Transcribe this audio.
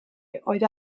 oedd